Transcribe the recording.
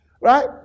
right